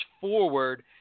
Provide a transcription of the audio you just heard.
forward